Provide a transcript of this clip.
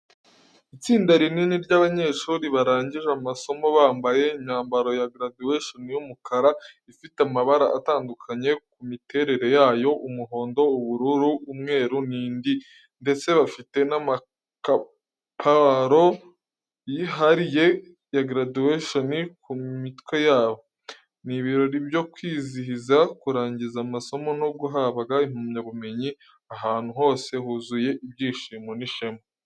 Itsinda rinini ry’abanyeshuri barangije amasomo, bambaye imyambaro ya graduation y’umukara, ifite amabara atandukanye ku miterere yayo, umuhondo, ubururu, umweru n’indi ndetse bafite n’amakaparo yihariye ya graduation ku mitwe yabo. Ni ibirori byo kwizihiza kurangiza amasomo no guhabwa impamyabumenyi, ahantu hose huzuye ibyishimo n’ishema.